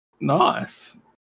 Nice